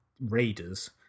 raiders